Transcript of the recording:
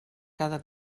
cada